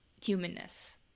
humanness